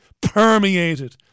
permeated